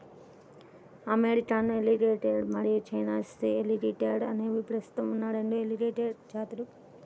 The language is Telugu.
అమెరికన్ ఎలిగేటర్ మరియు చైనీస్ ఎలిగేటర్ అనేవి ప్రస్తుతం ఉన్న రెండు ఎలిగేటర్ జాతులు